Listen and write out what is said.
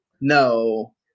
No